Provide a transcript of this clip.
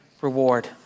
reward